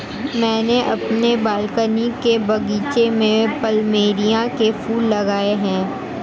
मैंने अपने बालकनी के बगीचे में प्लमेरिया के फूल लगाए हैं